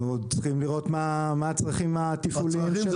אנחנו צריכים לראות מה הצרכים התפעוליים.